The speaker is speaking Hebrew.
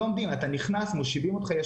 אתה נכנס ומושיבים אותך.